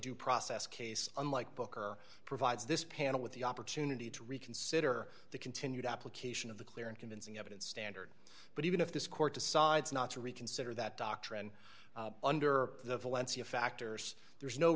due process case unlike booker provides this panel with the opportunity to reconsider the continued application of the clear and convincing evidence standard but even if this court decides not to reconsider that doctrine under the valencia factors there is no